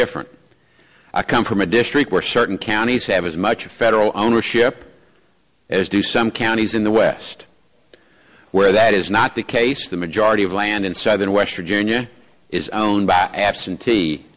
different i come from a district where certain counties have as much a federal ownership as do some counties in the west where that is not the case the majority of land in southern west virginia is owned by absentee